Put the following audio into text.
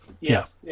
yes